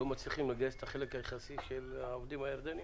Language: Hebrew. לא מצליחים לגייס את החלק היחסי של העובדים הירדנים.